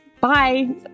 bye